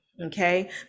okay